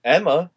Emma